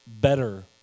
better